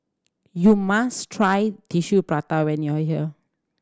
you must try Tissue Prata when you are here